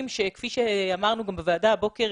שכפי שאמרנו בוועדה הקודמת שקיימנו הבוקר,